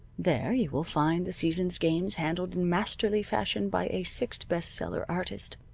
there you will find the season's games handled in masterly fashion by a six-best-seller artist,